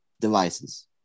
devices